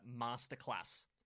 Masterclass